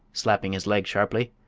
slapping his leg sharply.